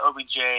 OBJ